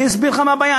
אני אסביר לך מה הבעיה.